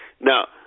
Now